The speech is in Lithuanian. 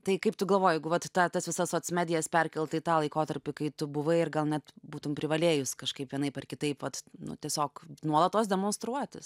tai kaip tu galvoji jeigu vat tą tas visas vat medijas perkelt į tą laikotarpį kai tu buvai ir gal net būtum privalėjus kažkaip vienaip ar kitaip vat nu tiesiog nuolatos demonstruotis